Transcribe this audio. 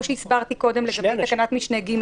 כמו שהסברתי קודם לגבי תקנת משנה (ג),